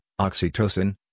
oxytocin